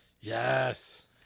Yes